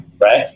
right